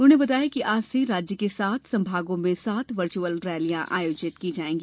उन्होंने बताया कि आज से राज्य के सात संभागों में सात वर्चुअल रैलियां आयोजित की जाएंगी